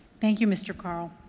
thank you, mr. carl.